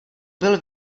byl